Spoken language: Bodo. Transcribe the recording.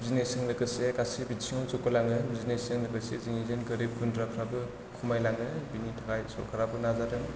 बिजिनेसजों लोगोसे गासै बिथिङाव जौगालाङो आरो जोंनि बे गोरिब गुन्द्राफ्राबो खमायलाङो बेनि थाखाय सरकाराबो नाजादों